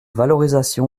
valorisation